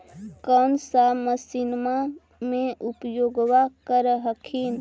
कौन सा मसिन्मा मे उपयोग्बा कर हखिन?